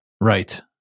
right